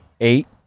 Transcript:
eight